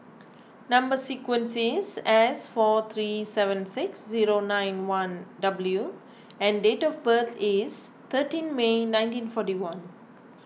Number Sequence is S four three seven six zero nine one W and date of birth is thirteen May nineteen forty one